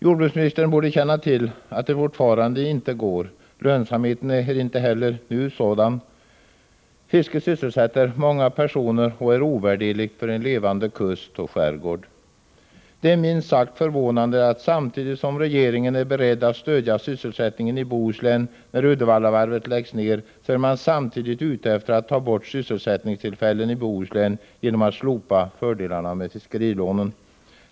Jordbruksministern borde känna till att det fortfarande inte går — lönsamheten är inte heller nu sådan. Fisket sysselsätter många personer och är ovärderligt för en levande kust och skärgård. Det är minst sagt förvånande att samtidigt som regeringen är beredd att stödja sysselsättningen i Bohuslän när Uddevallavarvet läggs ner är den ute efter att ta bort sysselsättningstillfällen i Bohuslän genom att slopa fördelarna med fiskerilånen.